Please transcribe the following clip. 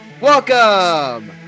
Welcome